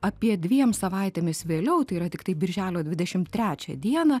apie dviem savaitėmis vėliau tai yra tiktai birželio dvidešimt trečią dieną